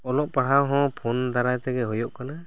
ᱚᱞᱚᱜ ᱯᱟᱲᱦᱟᱣ ᱦᱚᱸ ᱯᱷᱳᱱ ᱫᱟᱨᱟᱭ ᱛᱮᱜᱮ ᱦᱩᱭᱩᱜ ᱠᱟᱱᱟ